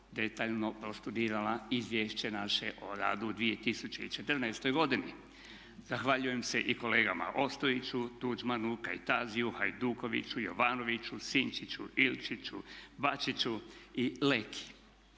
detaljno prostudirala izvješće naše o radu 2014. godine. Zahvaljujem se i kolegama Ostojiću, Tuđmanu, Kajtaziju, Hajdukoviću, Jovanoviću, Sinčiću, Ilčiću, Bačiću i Leki.